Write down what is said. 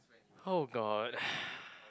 !oh-god!